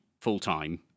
full-time